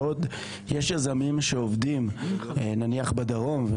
בעוד יש יזמים שעובדים נניח בדרום,